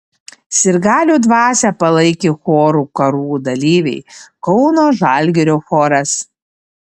sirgalių dvasią palaikė chorų karų dalyviai kauno žalgirio choras